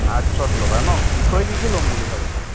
আৰ্টছত ল'বা ন বিষয় কি কি ল'ম বুলি ভাবিছা